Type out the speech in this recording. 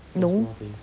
no